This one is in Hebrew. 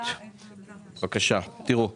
קודם כל,